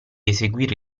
eseguire